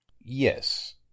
Yes